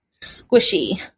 Squishy